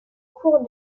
cours